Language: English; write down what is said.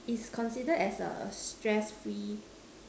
is considered as a stress free